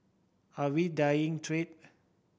are we dying trade